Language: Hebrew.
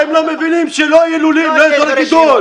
אתם לא מבינים שלא יהיו לולים, לא אזורי גידול?